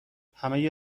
همه